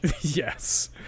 Yes